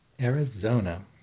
Arizona